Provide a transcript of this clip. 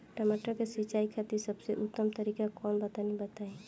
टमाटर के सिंचाई खातिर सबसे उत्तम तरीका कौंन बा तनि बताई?